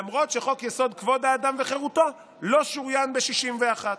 למרות שחוק-יסוד: כבוד האדם וחירותו לא שוריין ב-61.